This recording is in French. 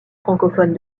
francophone